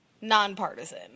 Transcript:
nonpartisan